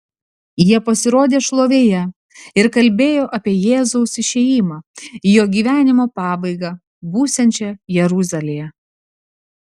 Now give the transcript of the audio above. jie pasirodė šlovėje ir kalbėjo apie jėzaus išėjimą jo gyvenimo pabaigą būsiančią jeruzalėje